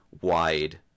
wide